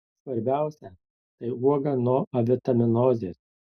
svarbiausia tai uoga nuo avitaminozės